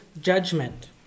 judgment